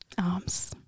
Arms